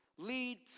lead